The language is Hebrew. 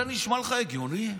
זה נשמע לך הגיוני?